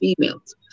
females